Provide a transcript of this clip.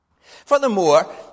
Furthermore